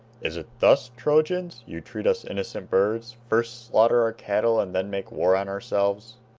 is it thus, trojans, you treat us innocent birds, first slaughter our cattle and then make war on ourselves?